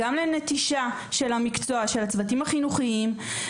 גם לנטישה של הצוותים החינוכיים את המקצוע,